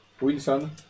Wilson